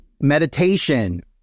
meditation